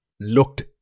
Looked